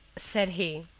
said he,